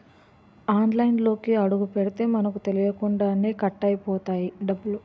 ఆన్లైన్లోకి అడుగుపెడితే మనకు తెలియకుండానే కట్ అయిపోతాయి డబ్బులు